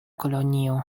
kolonio